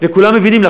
וכולם מבינים.